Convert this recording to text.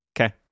okay